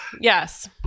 Yes